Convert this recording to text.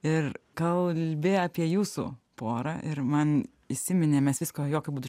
ir kalbi apie jūsų porą ir man įsiminė mes visko jokiu būdu